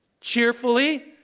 cheerfully